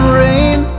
rain